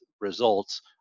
results